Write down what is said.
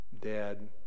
Dad